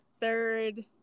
third